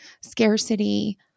Scarcity